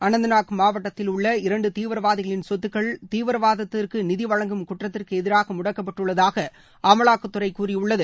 ஆனந்த்நாக் மாவட்டத்திலுள்ள இரண்டு தீவிரவாதிகளின் சொத்துக்கள் தீவிரவாதத்திற்கு நிதி வழங்கும் குற்றத்திற்கு எதிராக முடக்கப்பட்டுள்ளதாக அமலாக்கத்துறை கூறியுள்ளது